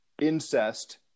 incest